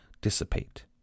dissipate